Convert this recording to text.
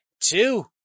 two